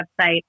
website